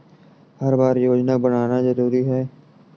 हर बार योजना बनाना जरूरी है?